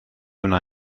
wna